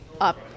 up